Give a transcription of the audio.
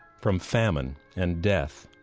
from famine and death,